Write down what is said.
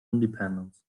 independence